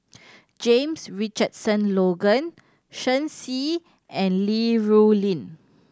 James Richardson Logan Shen Xi and Li Rulin